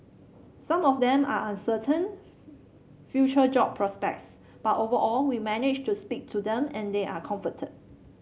some of them are uncertain future job prospects but overall we managed to speak to them and they are comforted